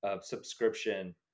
subscription